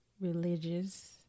religious